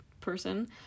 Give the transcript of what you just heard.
person